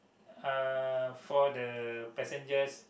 uh for the passengers